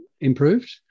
improved